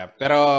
pero